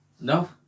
No